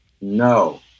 No